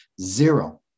Zero